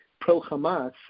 pro-Hamas